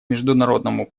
международному